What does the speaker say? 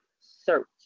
search